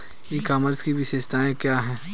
ई commerce की विशेषताएं क्या हैं?